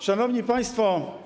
Szanowni Państwo!